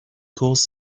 cause